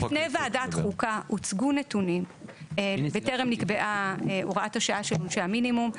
בפני ועדת חוקה הוצגו נתונים בטרם נקבעה הוראת השעה של עונשי המינימום.